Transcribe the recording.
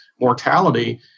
mortality